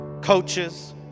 coaches